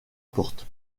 porte